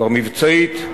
כבר מבצעית,